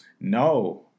no